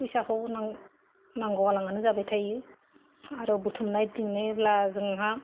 फैसाखौ नांगौ गोनांआनो जाबाय थायो आरो बुथुमनाय दोननायब्ला जोंहा